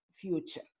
future